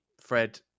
Fred